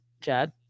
Chad